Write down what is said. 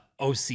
OC